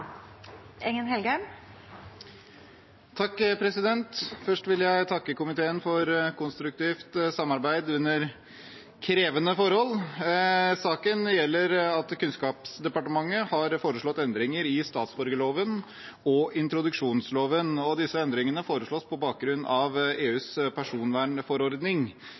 Først vil jeg takke komiteen for et konstruktivt samarbeid under krevende forhold. Saken gjelder at Kunnskapsdepartementet har foreslått endringer i statsborgerloven og introduksjonsloven. Disse endringene foreslås på bakgrunn av EUs personvernforordning.